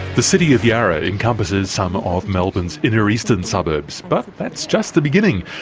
the city of yarra encompasses some of melbourne's inner eastern suburbs, but that's just the beginning.